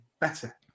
better